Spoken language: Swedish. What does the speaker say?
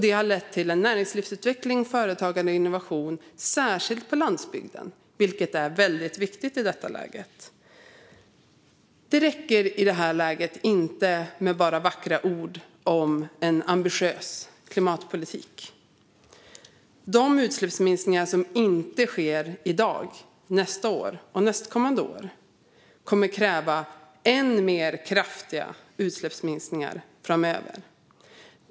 Det har lett till näringslivsutveckling, företagande och innovation, särskilt på landsbygden, vilket är väldigt viktigt i detta läge. Det räcker i det här läget inte med vackra ord om en ambitiös klimatpolitik. De utsläppsminskningar som inte sker i dag, nästa år och nästkommande år kommer att kräva än mer kraftiga utsläppsminskningar framöver.